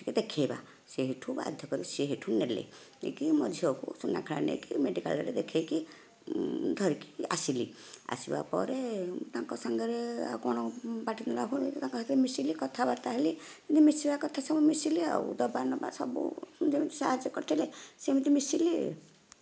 ଟିକେ ଦେଖାଇବା ସେହିଠୁ ବାଧ୍ୟ କରିକି ସେ ସେହିଠୁ ନେଲେ ନେଇକି ମୋ ଝିଅକୁ ସୁନାଖେଳାରେ ନେଇକି ମେଡ଼ିକାଲ୍ରେ ଦେଖାଇକି ଧରିକି ଆସିଲି ଧରିକି ଆସିବା ପରେ ତାଙ୍କ ସାଙ୍ଗରେ ଆଉ କ'ଣ ପାଟିତୁଣ୍ଡ କରିବି ତାଙ୍କ ସାଙ୍ଗରେ ମିଶିଲି କଥାବାର୍ତ୍ତା ହେଲି ଯେମିତି ମିଶିବା କଥା ସବୁ ମିଶିଲି ଆଉ ତ ଦେବା ନେବା ସବୁ ଯେମିତି ସାହାଯ୍ୟ କରିଥିଲେ ସେମିତି ମିଶିଲି ଆଉ